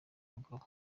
mugabo